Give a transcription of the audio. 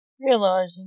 realizing